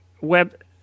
web